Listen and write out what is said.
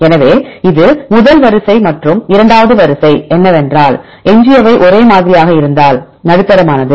எனவே இது முதல் வரிசை மற்றும் இரண்டாவது வரிசை என்னவென்றால் எஞ்சியவை ஒரே மாதிரியாக இருந்தால் நடுத்தரமானது